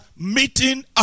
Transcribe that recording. meeting